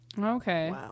Okay